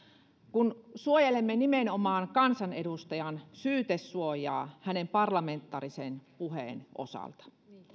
kun suojelemme nimenomaan kansanedustajan syytesuojaa hänen parlamentaarisen puheensa osalta